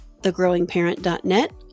thegrowingparent.net